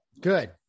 Good